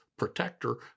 protector